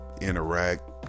interact